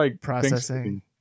processing